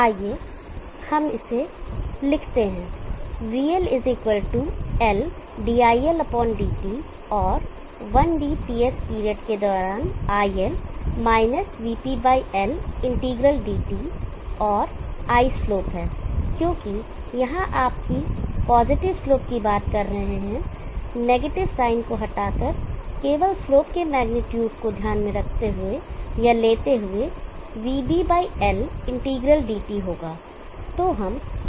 आइए हम इसे लिखते हैं vL L diL dt और Ts पीरियड के दौरान iL - vP L integral dt और I स्लोप है क्योंकि यहां आपकी पॉजिटिव स्लोप की बात कर रहे हैं नेगेटिव साइन को हटाकर केवल स्लोप के मेग्नीट्यूड को ध्यान में रखते हुए या लेते हुए vBL integral dt vBL integral dt होगा